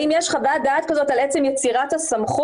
האם יש חוות דעת כזאת על עצם יצירת הסמכות?